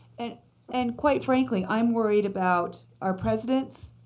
and and quite frankly, i'm worried about our presidents,